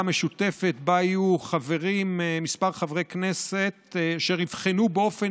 המשותפת שבה יהיו חברים כמה חברי כנסת אשר יבחנו באופן